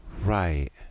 Right